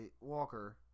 Walker